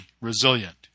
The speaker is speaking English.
resilient